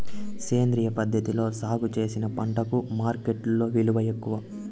సేంద్రియ పద్ధతిలో సాగు చేసిన పంటలకు మార్కెట్టులో విలువ ఎక్కువ